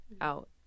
out